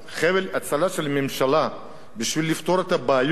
חבל ההצלה של הממשלה בשביל לפתור את הבעיות,